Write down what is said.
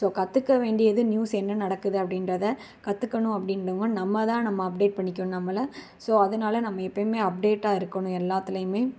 so கற்றுக்க வேண்டியது news என்ன நடக்குது அப்படின்றத கற்றுக்கணும் அப்படின்றவங்க நம்மதான் நம்ம அப்டேட் பண்ணிக்கணும் நம்மளை ஸோ அதனால் நம்ம எப்பவுமே அப்டேட்டாக இருக்கணும் எல்லாத்திலயுமே